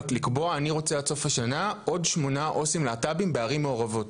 בלהביא עוד שמונה עו״סים להט״בים לערים מעורבות?